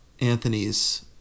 Anthony's